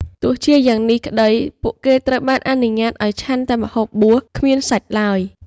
ទោះជាយ៉ាងនេះក្តី ពួកគេត្រូវបានបញ្ញត្តិឱ្យឆាន់តែម្ហូបបួស គ្មានសាច់ឡើយ។